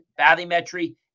bathymetry